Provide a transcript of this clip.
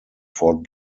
fort